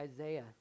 Isaiah